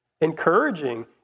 Encouraging